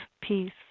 peace